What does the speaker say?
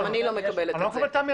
גם אני לא מקבלת את זה.